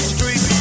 Street